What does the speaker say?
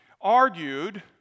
argued